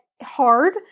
Hard